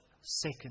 second